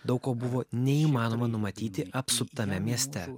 daug ko buvo neįmanoma numatyti apsuptame mieste